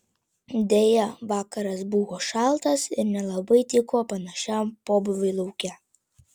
deja vakaras buvo šaltas ir nelabai tiko panašiam pobūviui lauke